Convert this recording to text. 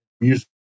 music